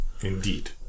Indeed